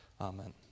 Amen